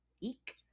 Eek